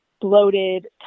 bloated